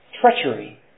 treachery